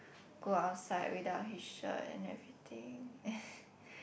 go outside without his shirt and everything